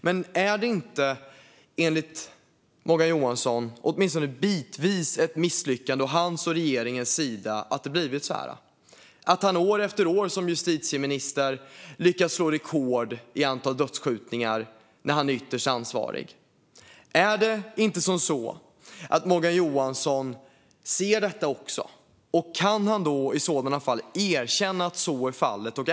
Men är det inte enligt Morgan Johansson, åtminstone bitvis, ett misslyckande från hans och regeringens sida att det blivit så här, alltså att han år efter år som justitieminister och ytterst ansvarig lyckas slå rekord när det gäller antalet dödsskjutningar? Ser inte även Morgan Johansson det? Kan han inte erkänna att så är fallet?